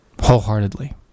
wholeheartedly